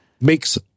makes